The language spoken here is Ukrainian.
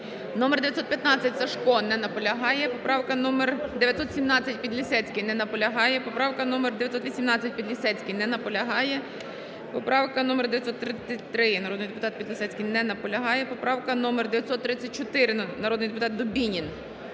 номер 915, Сажко. Не наполягає. Поправка номер 917, Підлісецький. Не наполягає. Поправка номер 918, Підлісецький. Не наполягає. Поправка номер 933, народний депутат Підлісецький не наполягає. Поправка номер 934, народний депутат Дубінін